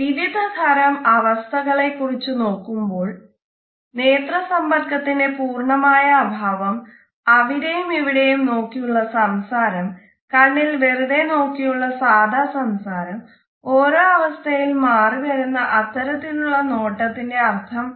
വിവിധ തരം അവസ്ഥകളെ കുറിച്ച് നോക്കുമ്പോൾ നേത്ര സമ്പർക്കത്തിന്റെ പൂർണ്ണമായ അഭാവം അവിടെയും ഇവിടെയും നോക്കിയുള്ള സംസാരം കണ്ണിൽ വെറുതെ നോക്കിയുള്ള സാദാ സംസാരം ഓരോ അവസ്ഥയിലും മാറി വരുന്ന അത്തരത്തിലുള്ള നോട്ടത്തിന്റെ അർഥം